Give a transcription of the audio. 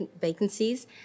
vacancies